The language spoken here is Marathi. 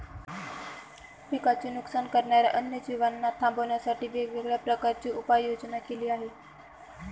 पिकांचे नुकसान करणाऱ्या अन्य जीवांना थांबवण्यासाठी वेगवेगळ्या प्रकारची उपाययोजना केली जाते